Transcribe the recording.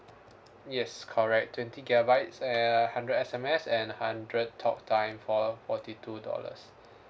yes correct twenty gigabytes err hundred S_M_S and hundred talk time for forty two dollars